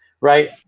right